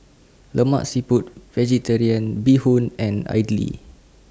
Lemak Siput Vegetarian Bee Hoon and Idly